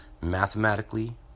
Mathematically